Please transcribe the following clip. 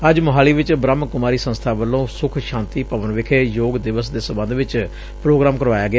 ਅੱਜ ਮੁਹਾਲੀ ਚ ਬਰੱਹਮ ਕੁਮਾਰੀ ਸੰਸਬਾ ਵੱਲੋ ਸੁਖ ਸ਼ਾਂਤੀ ਭਵਨ ਵਿਖੇ ਯੋਗ ਦਿਵਸ ਦੇ ਸਬੰਧ ਚ ਪ੍ਰੋਗਰਾਮ ਕਰਵਾਇਆ ਗਿਆ